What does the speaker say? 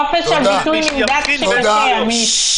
חופש הביטוי נמדד כשקשה, עמית.